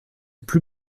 plus